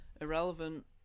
irrelevant